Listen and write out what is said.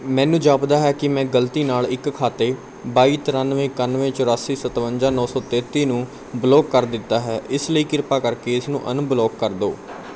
ਮੈਨੂੰ ਜਾਪਦਾ ਹੈ ਕਿ ਮੈਂ ਗਲਤੀ ਨਾਲ ਇੱਕ ਖਾਤੇ ਬਾਈ ਤਰਾਨਵੇਂ ਇਕਾਨਵੇਂ ਚੁਰਾਸੀ ਸਤਵੰਜਾ ਨੌ ਸੌ ਤੇਤੀ ਨੂੰ ਬਲੌਕ ਕਰ ਦਿੱਤਾ ਹੈ ਇਸ ਲਈ ਕਿਰਪਾ ਕਰਕੇ ਇਸਨੂੰ ਅਨਬਲੌਕ ਕਰ ਦਿਉ